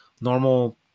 normal